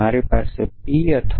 મારી પાસે P અથવા